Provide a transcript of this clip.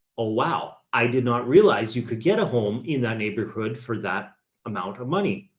ah, wow. i did not realize you could get a home in that neighborhood for that amount of money.